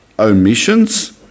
Omissions